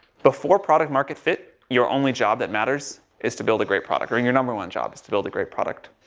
before product market fit your only job that matters is to build a great product, right, you're number one job is to build a great product.